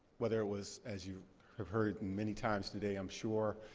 whether it was, as you have heard many times today i'm sure,